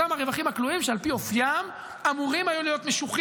את אותם הרווחים הכלואים שעל פי אופיים אמורים היו להיות משוכים,